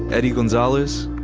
eddie gonzalez,